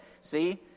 See